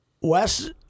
Wes